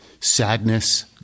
sadness